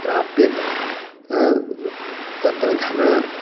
प्राप्यते तत्र धनं